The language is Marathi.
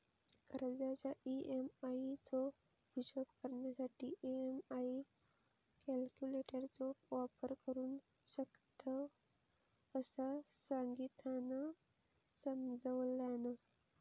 कर्जाच्या ई.एम्.आई चो हिशोब करण्यासाठी ई.एम्.आई कॅल्क्युलेटर चो वापर करू शकतव, असा संगीतानं समजावल्यान